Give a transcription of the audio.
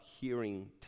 hearing